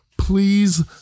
Please